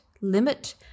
limit